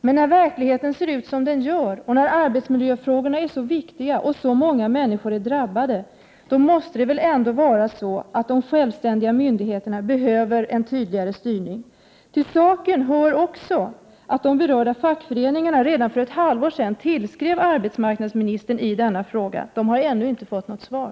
Men när verkligheten ser ut som den gör, när arbetsmiljöfrågorna är så viktiga och när så många människor är drabbade, då måste det väl ändå vara så att de självständiga myndigheterna behöver en tydligare styrning. Till saken hör också att de berörda fackföreningarna redan för ett halvår sedan tillskrev arbetsmarknadsministern i denna fråga. De har ännu inte fått något svar.